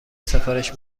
سفارش